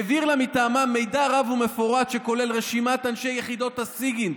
העביר לה מטעמם מידע רב ומפורט שכולל רשימת אנשי יחידות הסיגינט,